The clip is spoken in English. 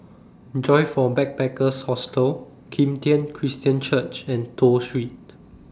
Joyfor Backpackers' Hostel Kim Tian Christian Church and Toh Street